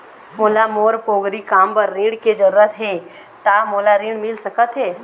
मोला मोर पोगरी काम बर ऋण के जरूरत हे ता मोला ऋण मिल सकत हे?